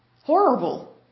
Horrible